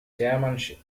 chairmanship